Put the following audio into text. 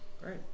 Great